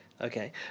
okay